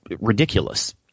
ridiculous